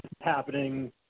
happening